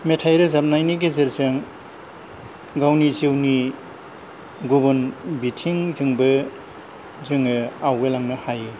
मेथाइ रोजाबनायनि गेजेरजों गावनि जिउनि गुबुन बिथिंजोंबो जोङो आवगायलांनो हायो